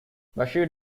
bashir